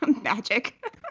magic